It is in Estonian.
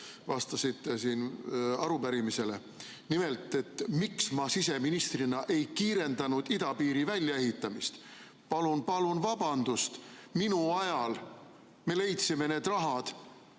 vastasite siin arupärimisele. Nimelt, et miks ma siseministrina ei kiirendanud idapiiri väljaehitamist. Palun vabandust, minu ajal me leidsime raha,